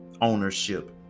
Ownership